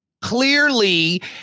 clearly